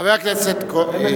חבר הכנסת כץ.